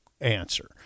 answer